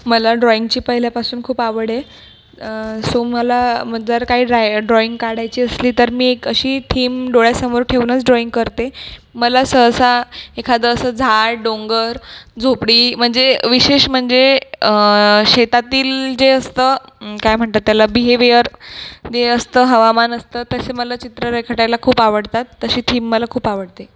मला ड्रॉईंगची पहिल्यापासून खूप आवड आहे सो मला जर काही ड्रा ड्रॉईंग काढायची असली तर मी एक अशी थीम डोळ्यासमोर ठेऊनच ड्रॉईंग करते मला सहसा एखादं असं झाड डोंगर झोपडी म्हणजे विशेष म्हणजे शेतातील जे असतं काय म्हणतात त्याला बिहेविअर जे असतं हवामान असतं तसे मला चित्र रेखाटायला खूप आवडतात तशी थीम मला खूप आवडते